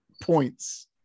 Points